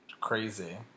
Crazy